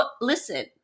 listen